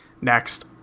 Next